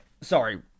Sorry